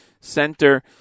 Center